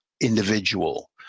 individual